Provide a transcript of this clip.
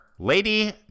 Lady